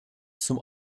zum